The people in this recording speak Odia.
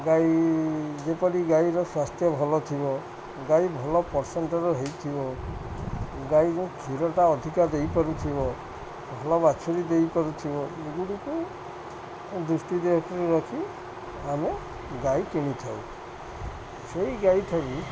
ଗାଈ ଯେପରି ଗାଈର ସ୍ୱାସ୍ଥ୍ୟ ଭଲ ଥିବ ଗାଈ ଭଲ ପସେଣ୍ଟର ହେଇଥିବ ଗାଈ କ୍ଷୀରଟା ଅଧିକା ଦେଇପାରୁଥିବ ଭଲ ବାଛୁରୀ ଦେଇପାରୁଥିବ ଏଗୁଡ଼ିକୁ ଦୃଷ୍ଟି ଦେହରେ ରଖି ଆମେ ଗାଈ କିଣିଥାଉ ସେଇ ଗାଈ ଠାରୁ